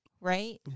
right